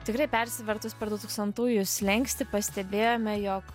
tikrai persivertus per du tūkstantųjų slenkstį pastebėjome jog